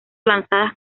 lanzadas